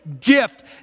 gift